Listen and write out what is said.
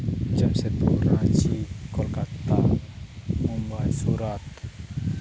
Jamshedpur Ranchi Kolkata Mumbai Surat